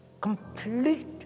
complete